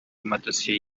amadosiye